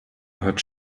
hört